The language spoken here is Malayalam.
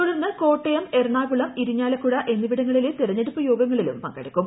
തുടർന്ന് കോട്ടയം എറണാകുളം ഇരിഞ്ഞാലകുട എന്നിവിടങ്ങളിലെ തെരഞ്ഞെടുപ്പ് യോഗങ്ങളിലും പങ്കെടുക്കും